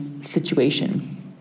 situation